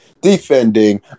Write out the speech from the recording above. defending